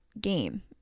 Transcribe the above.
game